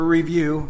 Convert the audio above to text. review